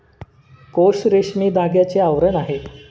कोश रेशमी धाग्याचे आवरण आहे